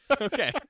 Okay